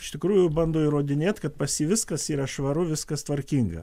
iš tikrųjų bando įrodinėt kad pas jį viskas yra švaru viskas tvarkinga